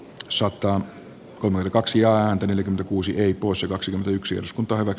sota huumerikoksiaan yli kuusi poissa kaksi yksi uskonto ovat